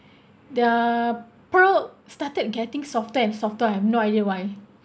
their pearl started getting softer and softer I have no idea why